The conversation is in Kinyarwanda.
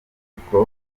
urukiko